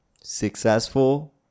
successful